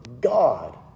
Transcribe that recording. God